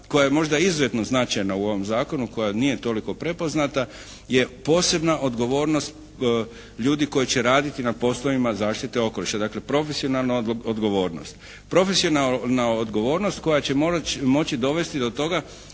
koja je možda izuzetno značajna u ovom zakonu koja nije toliko prepoznata je posebna odgovornost ljudi koji će raditi na poslovima zaštite okoliša. Dakle profesionalna odgovornost. Profesionalna odgovornost koja će moći dovesti do toga